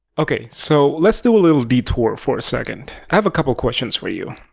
ok so, let's do a little detour for a second. i have a couple questions for you.